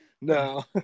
No